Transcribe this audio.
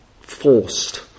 forced